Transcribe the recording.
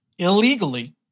illegally